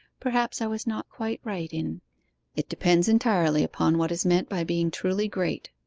perhaps i was not quite right in it depends entirely upon what is meant by being truly great.